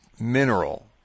mineral